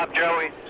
um joey.